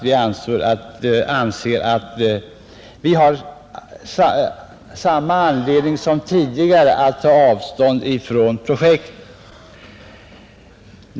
Vi anser därför att vi har samma anledning nu som tidigare att ta avstånd från projektet.